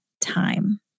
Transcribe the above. time